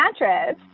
mattress